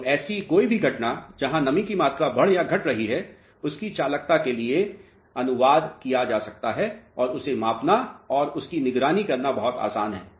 तो ऐसी कोई भी घटना जहां नमी की मात्रा बढ़ या घट रही है उसकी चालकता के लिए अनुवाद किया जा सकता है और उसे मापना और उसकी निगरानी करना बहुत आसान है